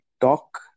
talk